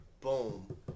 Boom